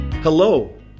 Hello